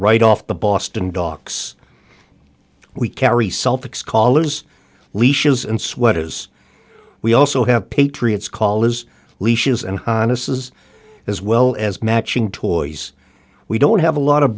right off the boston docks we carry suffix color's leashes and sweaters we also have patriots call as leashes and highnesses as well as matching toys we don't have a lot of